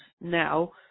now